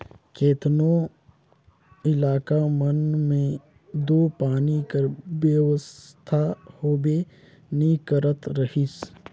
केतनो इलाका मन मे दो पानी कर बेवस्था होबे नी करत रहिस